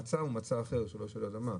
המצע הוא מצע אחר לא של אדמה.